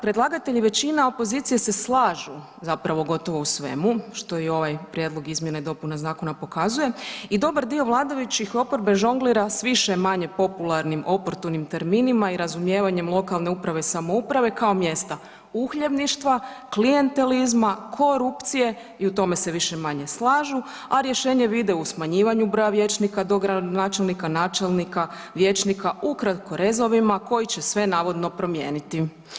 Predlagatelj je većina, a opozicije se slažu zapravo gotovo u svemu što ovaj prijedlog izmjena i dopuna pokazuje i dobar dio vladajućih i oporbe žonglira s više-manje popularnim oportunim terminima i razumijevanjem lokalne uprave i samouprave kao mjesta uhljebništva, klijentelizma, korupcije i u tome se više-manje slažu, a rješenje vide u smanjivanju broja vijećnika, dogradonačelnika, načelnika, vijećnika ukratko rezovima koji će sve navodno promijeniti.